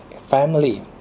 family